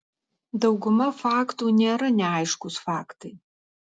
dauguma faktų nėra neaiškūs faktai